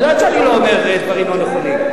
את יודעת שאני לא אומר דברים לא נכונים.